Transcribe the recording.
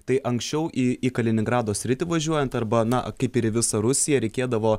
tai anksčiau į į kaliningrado sritį važiuojant arba na kaip ir visą rusiją reikėdavo